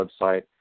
website